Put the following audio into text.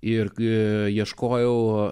irgi ieškojau